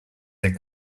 their